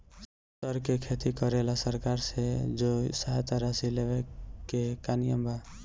सर के खेती करेला सरकार से जो सहायता राशि लेवे के का नियम बा?